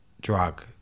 drug